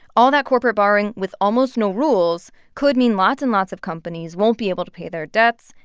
all that corporate borrowing with almost no rules could mean lots and lots of companies won't be able to pay their debts.